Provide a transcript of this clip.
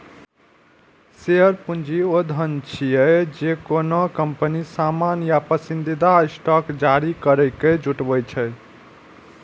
share पूंजी ऊ धन छियै, जे कोनो कंपनी सामान्य या पसंदीदा स्टॉक जारी करैके जुटबै छै